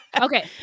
Okay